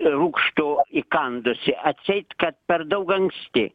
rūgštų įkandusi atseit kad per daug anksti